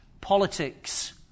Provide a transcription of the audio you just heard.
politics